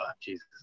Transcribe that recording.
Jesus